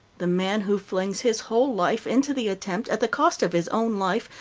the man who flings his whole life into the attempt, at the cost of his own life,